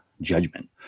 judgment